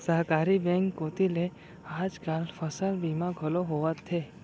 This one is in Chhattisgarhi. सहकारी बेंक कोती ले आज काल फसल बीमा घलौ होवथे